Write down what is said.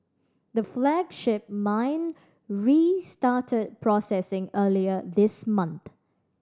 the flagship mine restarted processing earlier this month